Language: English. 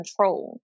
control